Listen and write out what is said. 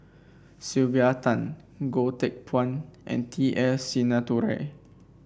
Sylvia Tan Goh Teck Phuan and T S Sinnathuray